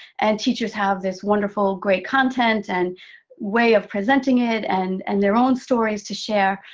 and teachers have this wonderful, great content, and way of presenting it, and and their own stories to share,